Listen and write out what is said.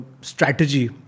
strategy